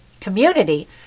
community